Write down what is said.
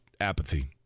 apathy